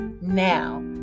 Now